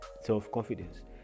self-confidence